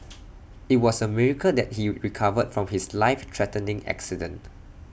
IT was A miracle that he recovered from his life threatening accident